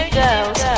girls